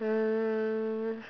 um